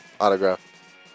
autograph